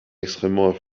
extrêmement